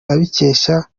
abikesha